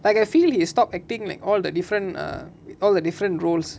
like I feel he stop acting all the different err all the different roles